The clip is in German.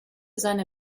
seine